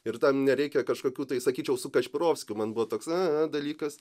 ir tam nereikia kažkokių tai sakyčiau su kašpirovskiu man buvo toks a a dalykas